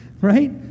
Right